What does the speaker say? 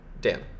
Dan